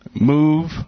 Move